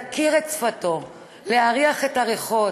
להכיר את שפתו, להריח את הריחות,